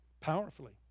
powerfully